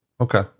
Okay